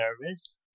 nervous